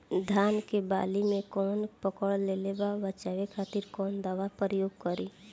धान के वाली में कवक पकड़ लेले बा बचाव खातिर कोवन दावा के प्रयोग करी?